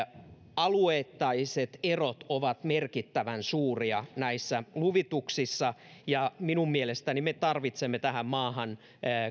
alueelliset erot ovat merkittävän suuria näissä luvituksissa minun mielestäni me tarvitsemme tähän maahan